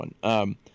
one